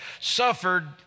suffered